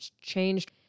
changed